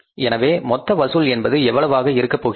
எனவே மொத்த வசூல் என்பது எவ்வளவு ஆக இருக்க போகின்றது